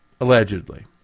allegedly